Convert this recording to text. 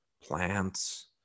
plants